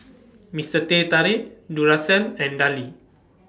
Mister Teh Tarik Duracell and Darlie